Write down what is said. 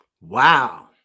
Wow